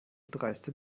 dreiste